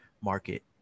market